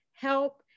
help